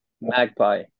magpie